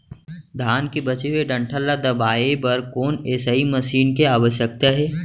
धान के बचे हुए डंठल ल दबाये बर कोन एसई मशीन के आवश्यकता हे?